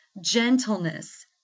gentleness